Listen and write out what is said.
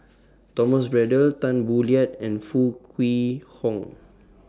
Thomas Braddell Tan Boo Liat and Foo Kwee Horng